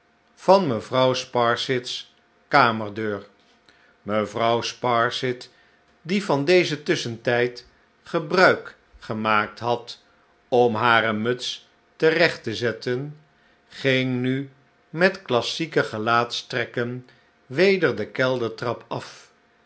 van mevrouw sparsit's kamerdeur mevrouw sparsit die van deze tusschentijd gebruik gemaakt had om hare muts terecht te zetten gin'g nu met klassieke gelaatstrekken weder de keldertra p af